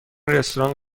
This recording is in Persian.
رستوران